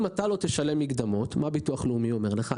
אם אתה לא תשלם מקדמות מה הביטוח הלאומי אומר לך?